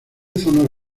zonas